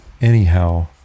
anyhow